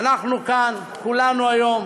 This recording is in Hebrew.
אנחנו כאן כולנו היום